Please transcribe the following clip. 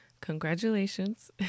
congratulations